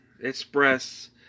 express